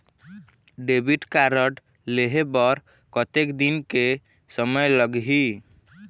Debit card लेहे बर कतेक दिन के समय लगही?